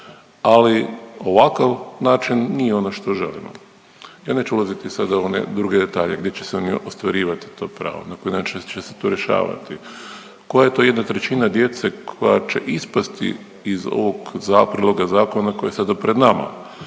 ali ovakav način nije ono što želimo. Ja neću ulaziti sada u one druge detalje gdje će se ostvarivati to pravo, na koji način će se to rješavati, koja je to 1/3 djece koja će ispasti iz ovog za… prijedloga zakona koji je sada pred nama.